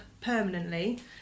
permanently